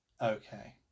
okay